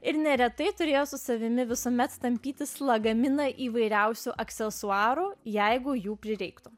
ir neretai turėjo su savimi visuomet tampytis lagaminą įvairiausių aksesuarų jeigu jų prireiktų